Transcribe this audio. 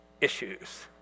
issues